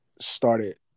started